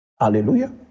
Hallelujah